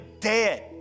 dead